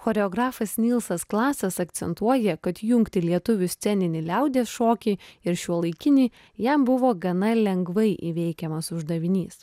choreografas nylsas klasas akcentuoja kad jungti lietuvių sceninį liaudies šokį ir šiuolaikinį jam buvo gana lengvai įveikiamas uždavinys